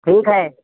ठीक है